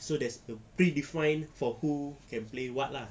so there's a predefined for who can play what lah